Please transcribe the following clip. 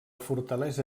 fortalesa